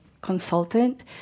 consultant